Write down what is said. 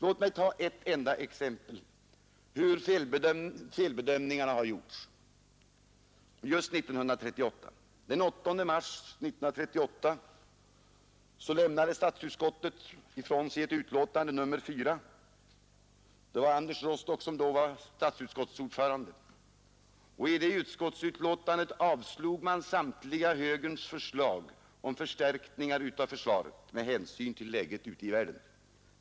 Låt mig ta ett enda exempel hur felbedömningar har gjorts, just 1938. Den 8 mars 1938 lämnade statsutskottet ifrån sig ett utlåtande nr 4. Det var Anders Råstock som då var statsutskottets ordförande. I det utskottsutlåtandet avstyrkte man samtliga högerns förslag om förstärkningar av försvaret med hänsyn till läget ute i världen.